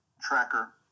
tracker